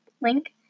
link